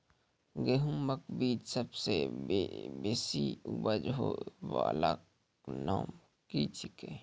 गेहूँमक बीज सबसे बेसी उपज होय वालाक नाम की छियै?